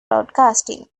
broadcasting